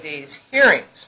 these hearings